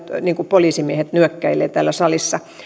poliisimiehet nyökkäilevät täällä salissa